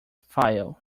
file